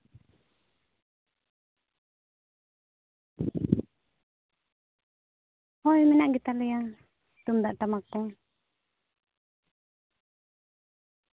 ᱦᱳᱭ ᱢᱮᱱᱟᱜ ᱜᱮᱛᱟᱞᱮᱭᱟ ᱛᱩᱢᱫᱟᱜ ᱴᱟᱢᱟᱠ ᱠᱚ